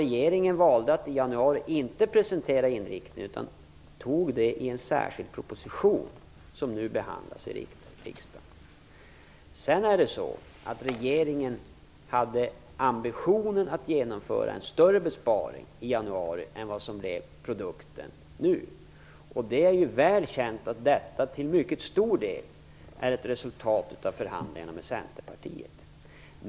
Regeringen valde att inte presentera inriktningen i januari, utan tog i stället det i en särskild proposition som nu behandlas i riksdagen. Regeringen hade ambitionen att genomföra en större besparing i januari jämfört med vad som nu blev produkten. Det är väl känt att detta till mycket stor del är ett resultat av förhandlingarna med Centerpartiet.